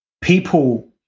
people